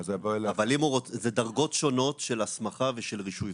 זה דרגות שונות של הסמכה ושל רישוי.